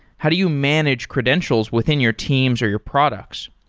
how do you manage credentials within your teams or your products?